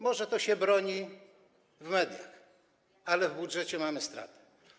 Może to się broni w mediach, ale w budżecie mamy straty.